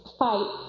fight